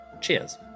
Cheers